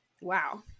Wow